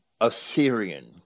Assyrian